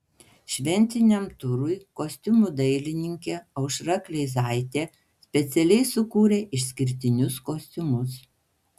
šventiniam turui kostiumų dailininkė aušra kleizaitė specialiai sukūrė išskirtinius kostiumus